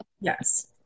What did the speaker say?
Yes